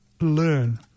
learn